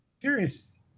Curious